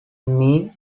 emmy